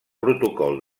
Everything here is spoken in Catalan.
protocol